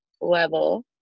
level